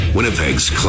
Winnipeg's